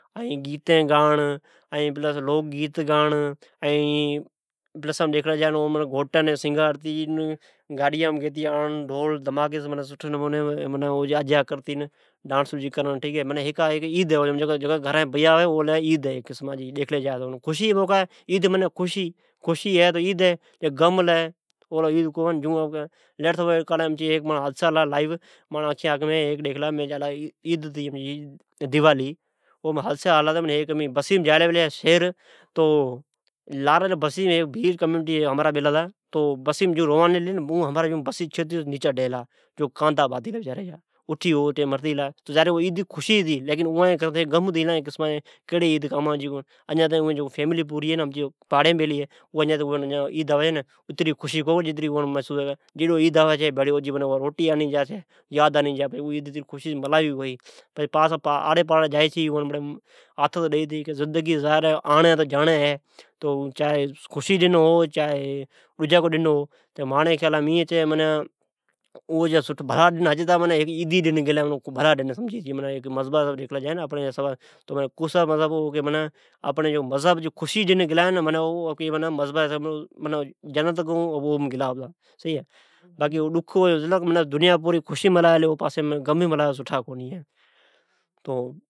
گیتے گائیڑاین لوگ گیتے گاوی گھوٹان سگھارتے گاڈیا مین بیساڑتے گیتے آنڑ ڈھول دماکے سی ڈانس کرتی دماکے سے آنیا کرتے۔ معنی بیا ھیکی قسمان جی عید ھی۔ خشی ھی تو عید ھی جیکڈی گم ھلے تو اولے عید تو کو نی ھے۔ جون معنی ماجی زندگی مین ھیک لائیو حادسا ھلا۔ تو امین دوالی نی عمرکوٹ جائیلے پلے۔ تو بسی مین لاری ھیک بھیل بیلے جو بس روانی ھلی تو اون نیچے ڈیلے جون اوجا کادا باتی گلا ۔تو معنی اوا جی لے عید تو کونے ھلئاوان لے گم ھتی گلے اجان تائین اوا فیملے ھا عید آوی تو اوین خشی کونی کری آوین۔ امچے پاڑی مین بیلے ھین کان تو اوی عیدی ڈن اوجی روٹی بھیڑی آوی چھے۔ تو انڑی خیالام انے ھے تو آری ھے۔ تو جاڑے ھی ۔ڈیکھلے جا تواوجیلے ھیک سٹھا ڈن ھتا۔ باقی ڈکھ ائی باتی جا ھی تو ڈجی سب خشی کری این او گھرا م ڈکھ ھوی تو سب میکھین جائی اوان آتھت ڈئون ۔ڈیکھلا جا تو اون جنتی م گلی مذھب جی حسابس او ڈن اوجی لے سٹھا ھتا ۔